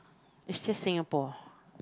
is just Singapore